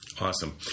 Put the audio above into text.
Awesome